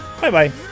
Bye-bye